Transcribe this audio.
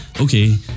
okay